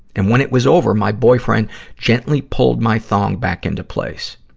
and when it was over, my boyfriend gently pulled my thong back into place.